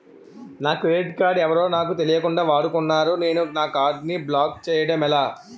నా credit card ఎవరో నాకు తెలియకుండా వాడుకున్నారు నేను నా కార్డ్ ని బ్లాక్ చేయడం ఎలా?